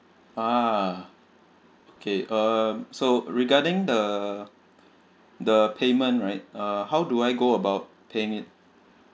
ah okay uh so regarding the the payment right uh how do I go about paying it